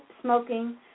smoking